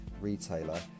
retailer